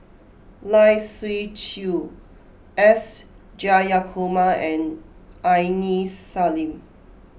Lai Siu Chiu S Jayakumar and Aini Salim